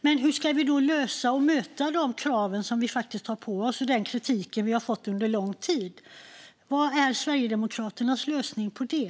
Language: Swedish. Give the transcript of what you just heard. Men hur ska vi då komma till rätta med de krav som faktiskt ställs på oss, och hur ska vi möta den kritik som vi har fått under lång tid? Vad är Sverigedemokraternas lösning på det?